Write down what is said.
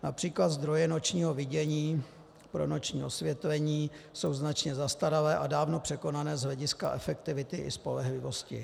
Například zdroje nočního vidění pro noční osvětlení jsou značně zastaralé a dávno překonané z hlediska efektivity i spolehlivosti.